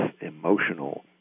emotional